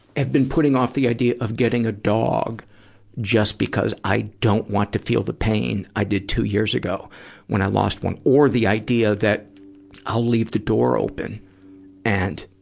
have been putting off the idea of getting a dog just because i don't want to feel the pain i did two years ago when i lost one, or the idea that i'll leave the door open and